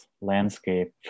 landscape